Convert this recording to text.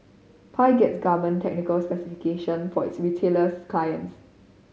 pi gets garment technical specification for its retailers clients